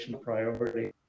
priority